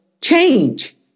change